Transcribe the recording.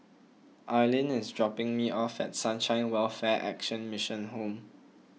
Arlyn is dropping me off at Sunshine Welfare Action Mission Home